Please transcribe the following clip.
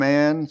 Man